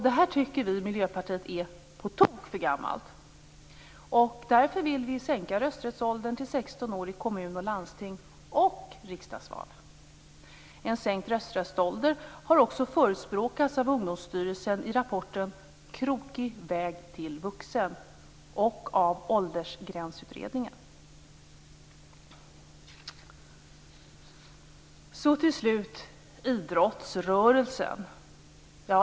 Detta tycker vi i Miljöpartiet är på tok för gammalt. Därför vill vi sänka rösträttsåldern till 16 år i kommun-, landstings och riksdagsval. En sänkning av rösträttsåldern har också förespråkats av Till slut skall jag ta upp idrottsrörelsen.